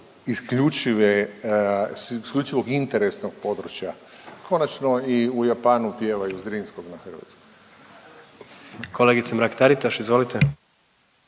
isključivog interesnog područja. Konačno i u Japanu pjevaju Zrinskog na hrvatskom. **Jandroković, Gordan